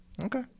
okay